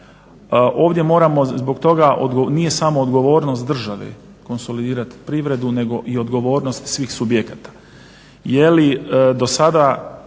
Ovdje moramo zbog toga, nije samo odgovornost države konsolidirati privredu nego i odgovornost svih subjekata.